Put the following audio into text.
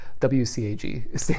WCAG